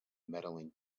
medaling